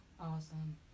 Awesome